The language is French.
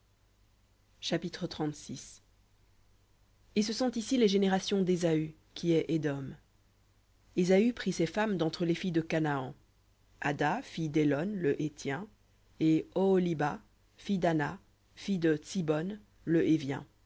chapitre et ce sont ici les générations d'ésaü qui est édom ésaü prit ses femmes d'entre les filles de canaan ada fille d'élon le héthien et oholibama fille d'ana fille de tsibhon le hévien